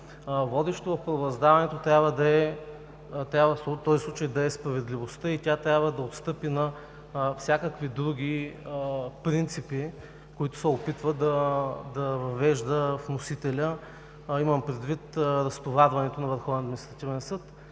Водеща в правораздаването трябва да е справедливостта и тя не трябва да отстъпи на други принципи, които се опитва да въвежда вносителят – имам предвид разтоварването на